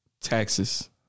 taxes